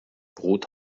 brot